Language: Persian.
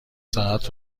ساعت